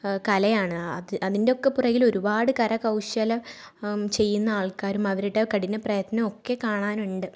കലയാണ് അതിൻ്റെ ഒക്കെ പുറകിൽ ഒരുപാട് കരകൗശലം ചെയ്യുന്ന ആൾക്കാരും അവരുടെ കഠിന പ്രയത്നമൊക്കെ കാണാനുണ്ട്